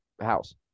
house